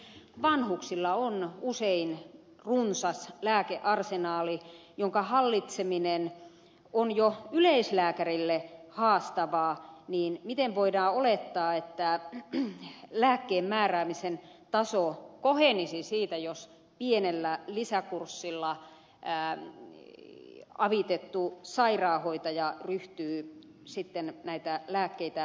kun varsinkin vanhuksilla on usein runsas lääkearsenaali jonka hallitseminen on jo yleislääkärille haastavaa niin miten voidaan olettaa että lääkkeenmääräämisen taso kohenisi siitä jos pienellä lisäkurssilla avitettu sairaanhoitaja ryhtyy sitten näitä lääkkeitä määräämään